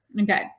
okay